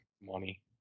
money